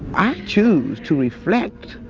i choose to reflect